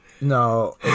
No